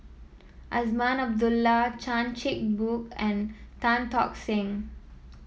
Azman Abdullah Chan Chin Bock and Tan Tock Seng